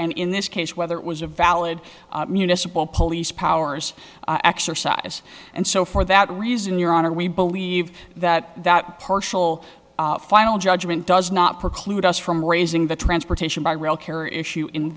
and in this case whether it was a valid municipal police powers exercise and so for that reason your honor we believe that that partial final judgment does not preclude us from raising the transportation by